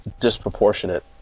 disproportionate